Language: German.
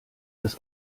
dass